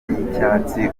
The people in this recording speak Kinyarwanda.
y’icyatsi